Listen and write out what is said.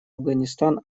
афганистан